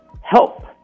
help